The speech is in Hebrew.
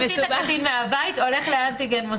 הולך לאנטיגן מוסדי.